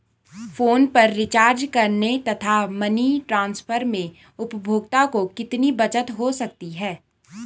Phone पर recharge करने तथा मनी ट्रांसफर में उपभोक्ता को कितनी बचत हो सकती है?